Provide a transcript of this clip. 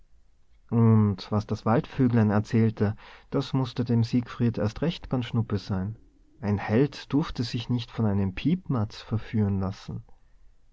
und was das waldvöglein erzählte das mußte dem siegfried erst recht ganz schnuppe sein ein held durfte sich nicht von einem piepmatz verführen lassen